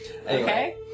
Okay